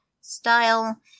style